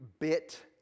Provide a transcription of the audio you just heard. bit